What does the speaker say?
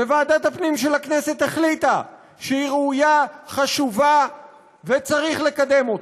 וועדת הפנים של הכנסת החליטה שהיא ראויה וחשובה ושצריך לקדם אותה.